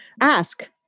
ask